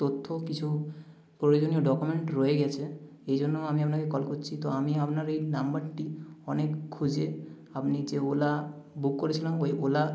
তথ্য কিছু প্রয়োজনীয় ডকুমেন্ট রয়ে গেছে এই জন্য আমি আপনাকে কল করছি তো আমি আপনার এই নাম্বারটি অনেক খুঁজে আপনি যে ওলা বুক করেছিলাম ওই ওলা